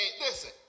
Listen